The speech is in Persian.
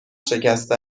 شکسته